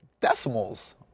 decimals